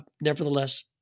Nevertheless